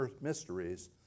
mysteries